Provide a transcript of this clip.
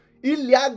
Ilia